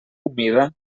humida